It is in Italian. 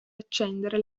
accendere